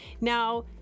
Now